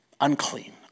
unclean